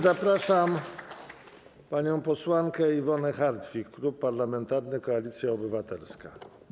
Zapraszam panią posłankę Iwonę Hartwich, Klub Parlamentarny Koalicja Obywatelska.